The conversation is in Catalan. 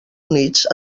units